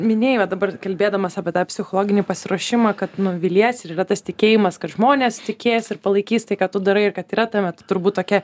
minėjot dabar kalbėdamas apie tą psichologinį pasiruošimą kad nu vilies ir yra tas tikėjimas kad žmonės tikės ir palaikys tai ką tu darai ir kad yra tame turbūt ta tokia